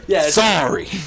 Sorry